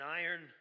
iron